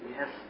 Yes